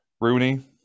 Rooney